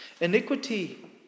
Iniquity